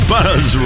Buzz